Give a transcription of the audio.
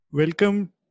Welcome